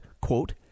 quote